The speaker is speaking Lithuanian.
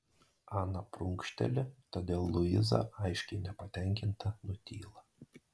ana prunkšteli todėl luiza aiškiai nepatenkinta nutyla